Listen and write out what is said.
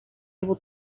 able